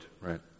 Right